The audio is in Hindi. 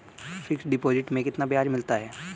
फिक्स डिपॉजिट में कितना ब्याज मिलता है?